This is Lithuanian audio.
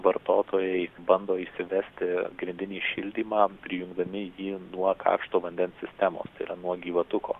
vartotojai bando įsivesti grindinį šildymą prijungdami jį nuo karšto vandens sistemos tai yra nuo gyvatuko